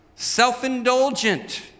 self-indulgent